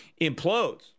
implodes